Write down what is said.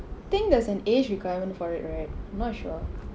think there's an age requirement for it right not sure